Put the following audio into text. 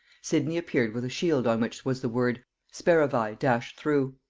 sidney appeared with a shield on which was the word speravi dashed through.